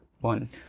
One